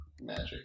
magic